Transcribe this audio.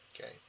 Okay